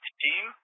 team